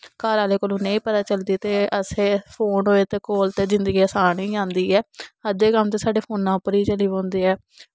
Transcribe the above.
घर आह्ले कोलूं नेईं पता चलदी ते असें फोन होए ते कोल ते जिन्दगी असान होई जंदी ऐ अध्दे कम्म ते साढ़े फोना उप्पर ही चली पौंदे ऐ